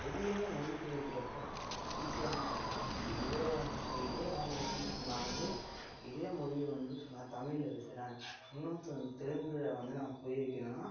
எதையும் மொழிபெயர்க்கிறப்போ ஈஸியாலாம் இருக்காது இப்போ இது இப்போ இதே லைனில் நான் வந்து இதே மொழியை வந்து நான் தமிழில் பேசுகிறேன் இன்னு து தெலுங்கில் வந்து நான் புரிய வைக்கிறேன்னால்